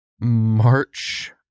March